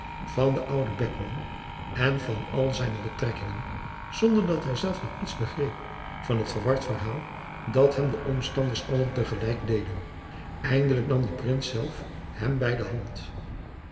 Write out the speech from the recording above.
van den ouden beckman en van al zijne betrekkingen zonder dat hij zelf nog iets begreep van het verward verhaal dat hem de omstanders allen te gelijk deden eindelijk nam de prins zelf hem bij de hand